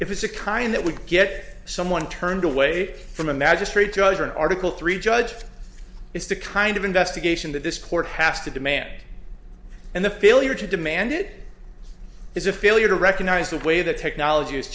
if it's the kind that would get someone turned away from a magistrate judge or an article three judge it's the kind of investigation that this court has to demand and the failure to demand it is a failure to recognize the way the technology has